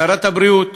שרת הבריאות,